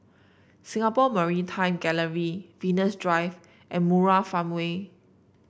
Singapore Maritime Gallery Venus Drive and Murai Farmway